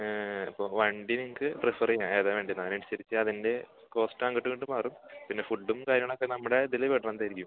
അപ്പോൾ വണ്ടി നിങ്ങൾക്ക് പ്രീഫെറ് ചെയ്യാം ഏതാ വേണ്ടതെന്ന് അതിനനുസരിച്ച് അതിന്റെ കോസ്റ് അങ്ങോട്ടും ഇങ്ങോട്ടും മാറും പിന്നെ ഫുഡ്ഡും കാര്യങ്ങളുമൊക്കെ നമ്മുടെ ഇതിൽ വരണത് അതായിരിക്കും